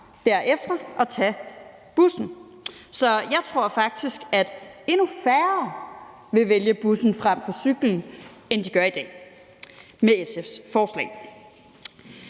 derefter at tage bussen. Så jeg tror faktisk, at endnu færre med SF's forslag vil vælge bussen frem for cyklen, end de gør i dag. Så er